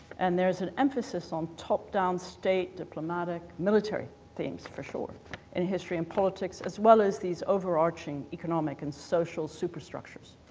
and there's an emphasis on top-down, state diplomatic, military themes for sure in history and politics, as well as these overarching economic and social super structures.